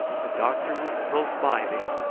the doctor was close by, then.